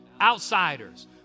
outsiders